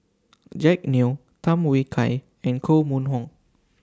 Jack Neo Tham Yui Kai and Koh Mun Hong